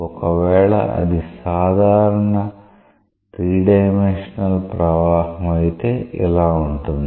ఒక వేళ అది సాధారణ 3 డైమెన్షనల్ ప్రవాహం అయితే ఇలా ఉంటుంది